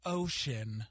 ocean